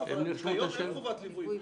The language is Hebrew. כיום אין חובת ליווי.